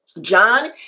John